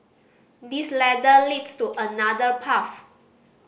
this ladder leads to another path